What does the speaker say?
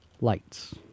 lights